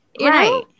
Right